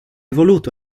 voluto